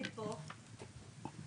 אני כאן.